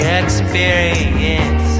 experience